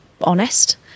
honest